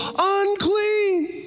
unclean